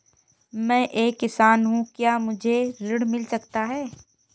मैं एक किसान हूँ क्या मुझे ऋण मिल सकता है?